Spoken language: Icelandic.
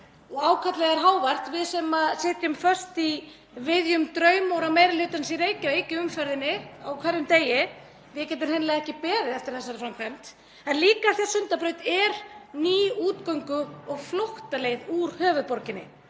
og ákallið er hávært — við sem sitjum föst í viðjum draumóra meiri hlutans í Reykjavík í umferðinni á hverjum degi getum hreinlega ekki beðið eftir þessari framkvæmd — heldur líka af því að Sundabraut er ný útgöngu- og flóttaleið úr höfuðborginni.